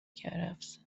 کرفسه